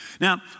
Now